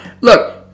Look